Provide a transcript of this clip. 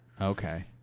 okay